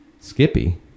Skippy